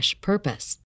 purpose